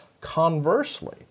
Conversely